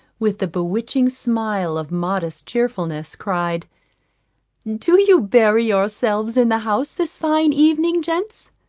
with the bewitching smile of modest cheerfulness, cried do you bury yourselves in the house this fine evening, gents?